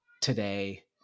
today